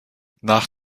nach